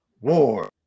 War